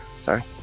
Sorry